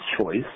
choice